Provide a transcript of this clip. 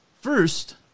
First